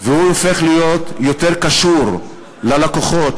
והוא הופך להיות יותר קשור ללקוחות,